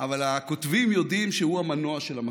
אבל הכותבים יודעים שהוא המנוע של המחזה.